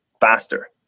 faster